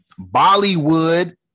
Bollywood